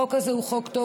החוק הזה הוא חוק טוב.